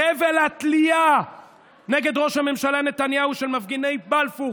חבל התלייה נגד ראש הממשלה נתניהו של מפגיני בלפור,